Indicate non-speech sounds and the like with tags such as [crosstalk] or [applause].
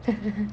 [laughs]